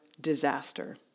disaster